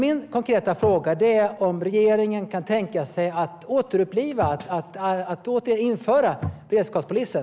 Min konkreta fråga är om regeringen kan tänka sig att återinföra beredskapspolisen.